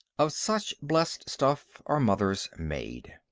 of such blessed stuff are mothers made.